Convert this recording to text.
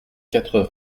quatre